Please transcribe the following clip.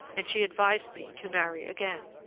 and she advised me to marry again.